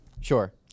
Sure